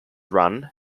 run